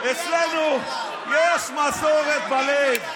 אצלנו יש מסורת בלב,